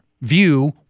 view